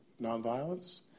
nonviolence